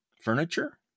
Furniture